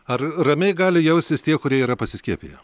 ar ramiai gali jaustis tie kurie yra pasiskiepiję